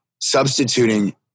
substituting